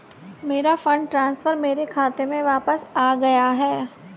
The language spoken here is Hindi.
मेरा फंड ट्रांसफर मेरे खाते में वापस आ गया है